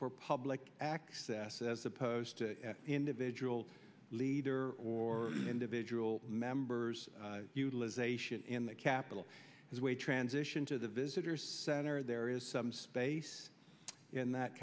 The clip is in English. for public access as opposed to individual leader or individual members utilization in the capitol is way transition to the visitor's center there is some space in that